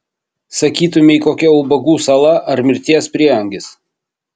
sakytumei kokia ubagų sala ar mirties prieangis